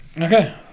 Okay